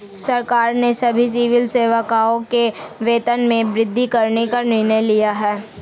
सरकार ने सभी सिविल सेवकों के वेतन में वृद्धि करने का निर्णय लिया है